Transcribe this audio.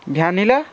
vanilla